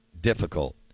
difficult